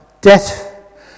debt